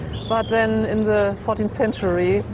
but then, in the fourteenth century,